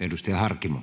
Edustaja Harkimo.